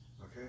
Okay